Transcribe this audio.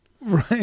Right